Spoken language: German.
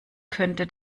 könnte